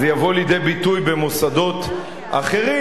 זה יבוא לידי ביטוי במוסדות אחרים,